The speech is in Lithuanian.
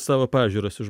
savo pažiūras iš